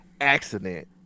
accident